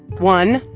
one,